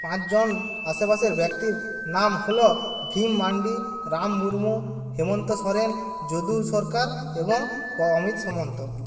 পাঁচজন আশেপাশের ব্যক্তির নাম হল ভীম মান্ডি রাম মূর্মূ হেমন্ত সোরেন যদু সরকার এবং প অমিত সামন্ত